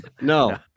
no